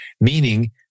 meaning